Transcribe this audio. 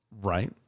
Right